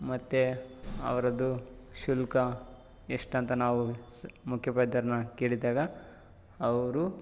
ಮತ್ತು ಅವರದ್ದು ಶುಲ್ಕ ಎಷ್ಟು ಅಂತ ನಾವು ಮುಖ್ಯೋಪಾಧ್ಯಾಯರನ್ನು ಕೇಳಿದಾಗ ಅವರು